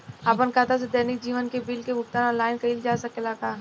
आपन खाता से दैनिक जीवन के बिल के भुगतान आनलाइन कइल जा सकेला का?